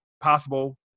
possible